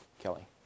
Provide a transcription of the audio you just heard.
Kelly